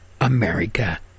America